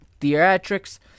theatrics